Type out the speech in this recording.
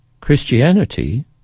Christianity